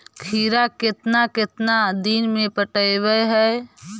खिरा केतना केतना दिन में पटैबए है?